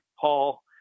paul